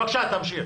בבקשה, תמשיך.